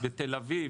בתל אביב,